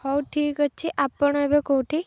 ହଉ ଠିକ୍ ଅଛି ଆପଣ ଏବେ କୋଉଠି